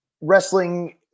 wrestling